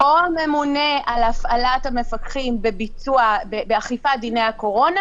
או ממונה על הפעלת המפקחים באכיפת דיני הקורונה,